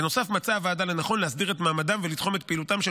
בנוסף מצאה הוועדה לנכון להסדיר את מעמדם ולתחום את פעילותם של